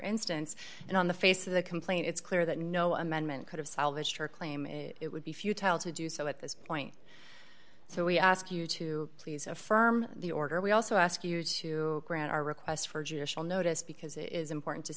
instance and on the face of the complaint it's clear that no amendment could have salvaged her claim it would be futile to do so at this point so we ask you to please affirm the order we also ask you to grant our request for judicial notice because it is important to